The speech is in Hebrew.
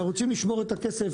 הם רוצים לשמור את הכסף,